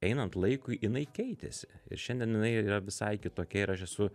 einant laikui jinai keitėsi ir šiandien jinai yra visai kitokia ir aš esu